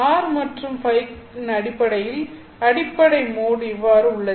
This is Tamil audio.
R மற்றும் Ø இன் அடிப்படையில் அடிப்படை மோட் இவ்வாறாக உள்ளது